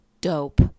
dope